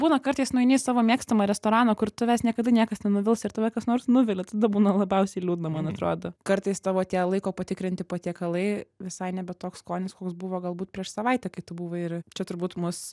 būna kartais nueini į savo mėgstamą restoraną kur tavęs niekada niekas nenuvils ir tave kas nors nuvilia tada būna labiausiai liūdna man atrodo kartais tavo tie laiko patikrinti patiekalai visai nebe toks skonis koks buvo galbūt prieš savaitę kai tu buvai ir čia turbūt mus